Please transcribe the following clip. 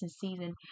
season